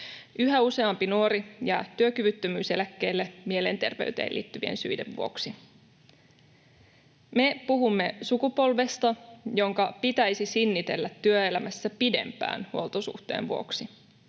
Yhä useampi nuori jää työkyvyttömyyseläkkeelle mielenterveyteen liittyvien syiden vuoksi. Me puhumme sukupolvesta, jonka pitäisi sinnitellä työelämässä pidempään huoltosuhteen vuoksi.